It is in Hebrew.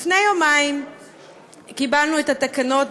לפני יומיים קיבלנו את התקנות,